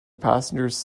passengers